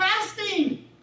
fasting